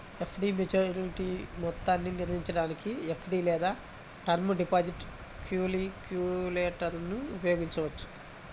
FD maturity మొత్తాన్ని నిర్ణయించడానికి FD లేదా టర్మ్ డిపాజిట్ క్యాలిక్యులేటర్ను ఉపయోగించవచ్చు